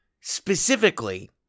specifically